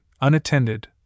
unattended